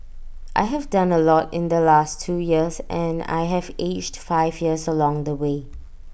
I have done A lot in the last two years and I have aged five years along the way